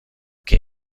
que